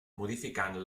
modificant